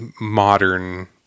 modern